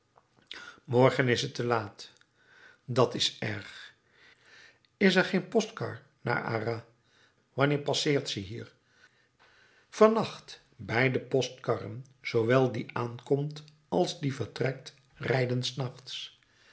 morgen is t te laat dat is erg is er geen postkar naar arras wanneer passeert ze hier van nacht beide postkarren zoowel die aankomt als die vertrekt rijden s nachts